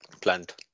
plant